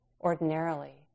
ordinarily